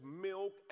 milk